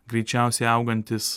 greičiausiai augantis